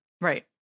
Right